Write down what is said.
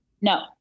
No